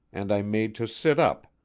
and i made to sit up,